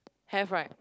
have right